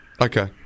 Okay